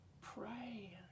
pray